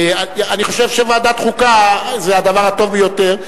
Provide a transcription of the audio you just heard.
אני חושב שוועדת חוקה זה הדבר הטוב ביותר,